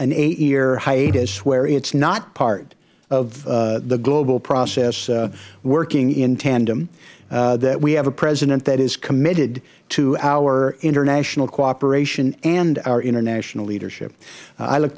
an eight year hiatus where it was not part of the global process working in tandem that we have a president that is committed to our international cooperation and our international leadership i look